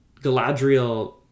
Galadriel